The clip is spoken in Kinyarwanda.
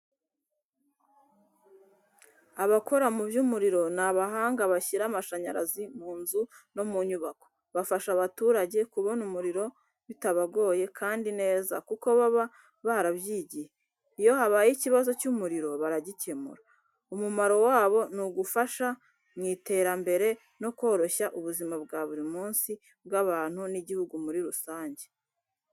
Abakora mu by'umuriro ni abahanga bashyira amashanyarazi mu nzu no mu nyubako. Bafasha abaturage kubona umuriro bitabagoye kandi neza kuko baba barabyigiye. Iyo habaye ikibazo cy’umuriro baragikemura. Umumaro wabo ni ugufasha mu iterambere no koroshya ubuzima bwa buri munsi bw’abantu n’igihugu muri rusange.